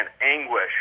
anguish